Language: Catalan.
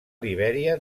libèria